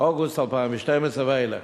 אוגוסט 2012 ואילך.